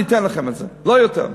אני אתן לך את זה, לא יותר מזה.